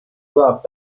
club